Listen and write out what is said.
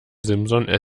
simson